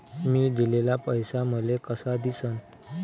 मी दिलेला पैसा मले कसा दिसन?